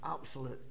absolute